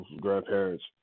grandparents